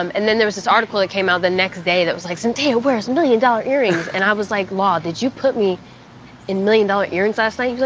um and then, there was this article that came out the next day that was like, zendaya wears million dollar earrings. and i was like, law, did you put me in million dollar earrings last night?